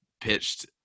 pitched